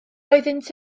oeddynt